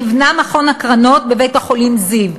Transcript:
נבנה מכון הקרנות בבית-החולים זיו,